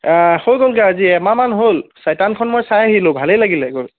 হৈ গ'লগৈ আজি এমাহমান হ'ল চয়তানখন মই চাই আহিলোঁ ভালেই লাগিলে গৈ